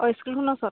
অঁ স্কুলখনৰ ওচৰত